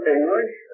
English